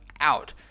out